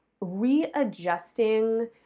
readjusting